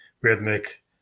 rhythmic